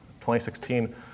2016